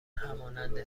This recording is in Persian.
همانند